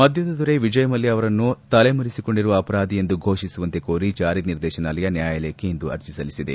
ಮದ್ಲದ ದೊರೆ ವಿಜಯ್ ಮಲ್ಲ ಅವರನ್ನು ತಲೆ ಮರೆಸಿಕೊಂಡಿರುವ ಅಪರಾಧಿ ಎಂದು ಘೋಷಿಸುವಂತೆ ಕೋರಿ ಜಾರಿ ನಿರ್ದೇಶನಾಲಯ ನ್ಯಾಯಾಲಯಕ್ಕೆ ಇಂದು ಅರ್ಜೆ ಸಲ್ಲಿಸಿದೆ